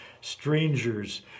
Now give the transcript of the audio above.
strangers